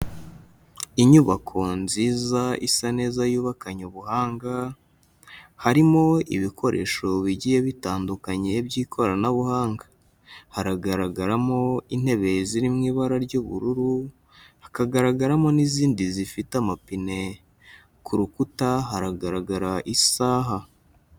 Inyubako nziza isa neza yubakanye ubuhanga, harimo ibikoresho bigiye bitandukanye by'ikoranabuhanga, haragaragaramo intebe ziri mu ibara ry'ubururu, hakagaragaramo n'izindi zifite amapine. Ku rukuta haragaragara isaha.